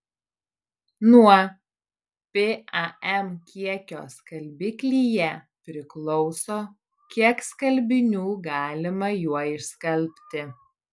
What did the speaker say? nuo pam kiekio skalbiklyje priklauso kiek skalbinių galima juo išskalbti